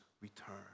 return